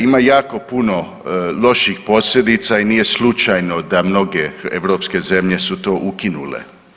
Ima jako puno loših posljedica i nije slučajno da mnoge europske zemlje su to ukinule.